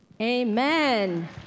Amen